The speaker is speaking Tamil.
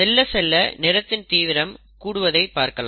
செல்ல செல்ல நிறத்தின் தீவிரம் கூடுவதை பார்க்கலாம்